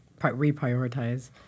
reprioritize